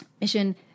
mission